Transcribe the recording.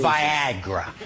Viagra